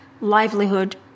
livelihood